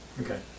Okay